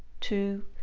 two